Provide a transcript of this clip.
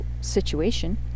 situation